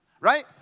right